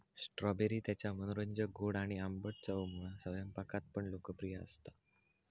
strawberry त्याच्या मनोरंजक गोड आणि आंबट चवमुळा स्वयंपाकात पण लोकप्रिय असता